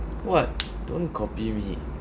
what don't copy me